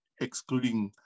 excluding